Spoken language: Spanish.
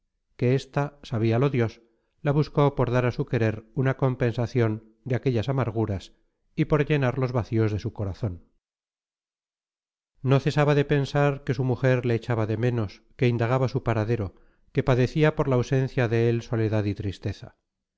que esta sabíalo dios la buscó por dar a su querer una compensación de aquellas amarguras y por llenar los vacíos de su corazón no cesaba de pensar que su mujer le echaba de menos que indagaba su paradero que padecía por la ausencia de él soledad y tristeza